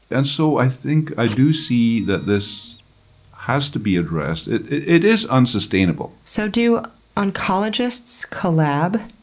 and so i think i do see that this has to be addressed. it it is unsustainable. so, do oncologists collab?